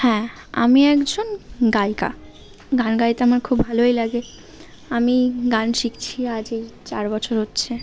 হ্যাঁ আমি একজন গায়িকা গান গাইতে আমার খুব ভালোই লাগে আমি গান শিখছি আজ এই চার বছর হচ্ছে